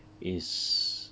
is